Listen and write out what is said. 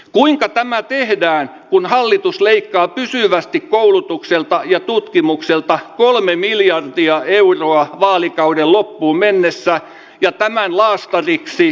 kuuluuko tämä tehdään kun hallitus leikkaa pysyvästi koulutukseltaan ja tutkimukselta kolme miljardia euroa vaalikauden loppuun mennessä ja tämän lausahdiksi